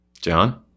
John